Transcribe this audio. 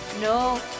No